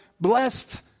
blessed